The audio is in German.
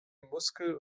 muskel